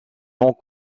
ont